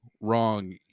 wrong